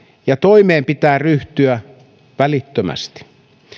ja toimeen pitää ryhtyä välittömästi